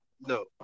No